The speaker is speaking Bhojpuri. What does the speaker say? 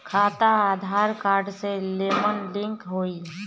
खाता आधार कार्ड से लेहम लिंक होई?